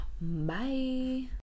bye